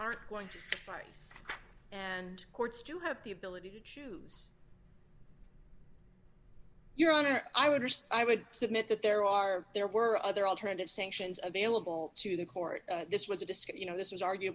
are going to rise and courts do have the ability to choose your own or i would i would submit that there are there were other alternative sanctions available to the court this was a disk you know this was argu